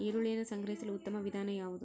ಈರುಳ್ಳಿಯನ್ನು ಸಂಗ್ರಹಿಸಲು ಉತ್ತಮ ವಿಧಾನ ಯಾವುದು?